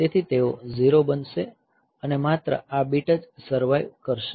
તેથી તેઓ 0 બનશે અને માત્ર આ બીટ જ સર્વાઈવ કરશે